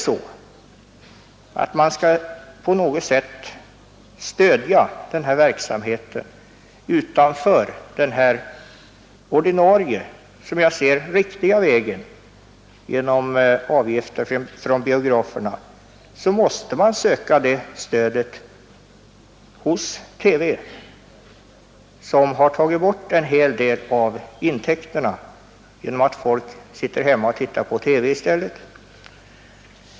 Skall man stödja den här verksamheten utanför den ordinarie och som jag ser det riktiga vägen genom biografintäkter, måste man söka det stödet hos TV som har bidragit till minskade intäkter genom att folk i stället sitter hemma och tittar på TV.